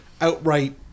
outright